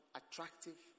attractive